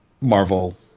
Marvel